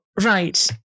Right